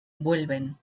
vuelven